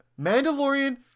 Mandalorian